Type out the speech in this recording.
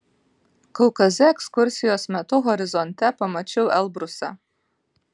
kaukaze ekskursijos metu horizonte pamačiau elbrusą